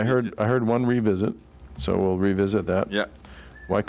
i heard i heard one revisit so we'll revisit that yeah like